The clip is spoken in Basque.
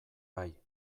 bai